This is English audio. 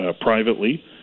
privately